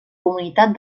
comunitat